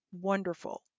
wonderful